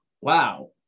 wow